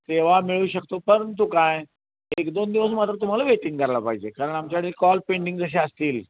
सेवा मिळू शकतो परंतु काय एक दोन दिवस मात्र तुम्हाला वेटिंग करायला पाहिजे कारण आमच्याकडे कॉल पेंडिंग जसे असतील